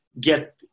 get